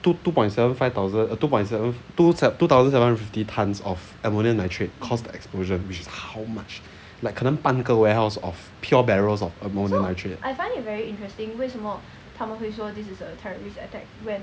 two two point seven five thousand two point seven two sev~ two thousand seven hundred fifty tonnes of ammonium nitrate caused the explosion which is how much like 可能半个 warehouse of pure barrels of ammonium nitrate